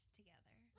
together